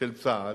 של צה"ל,